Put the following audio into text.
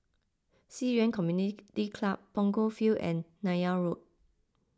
Ci Yuan Community Club Punggol Field and Neythal Road